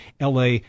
la